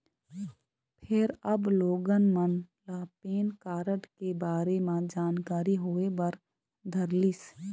फेर अब लोगन मन ल पेन कारड के बारे म जानकारी होय बर धरलिस